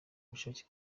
bushake